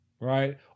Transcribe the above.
right